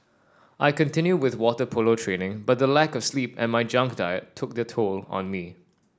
I continued with water polo training but the lack of sleep and my junk diet took their toll on me